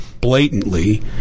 blatantly